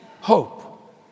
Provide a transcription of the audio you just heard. Hope